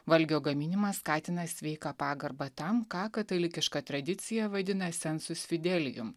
valgio gaminimas skatina sveiką pagarbą tam ką katalikiška tradicija vaidina seansus fidelium